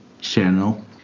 channel